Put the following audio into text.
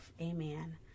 Amen